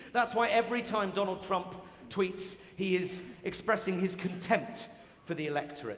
that's why every time donald trump tweets he is expressing his contempt for the electorate.